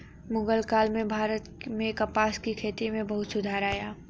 मुग़ल काल में भारत में कपास की खेती में बहुत सुधार आया